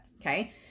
okay